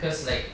cause like